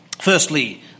Firstly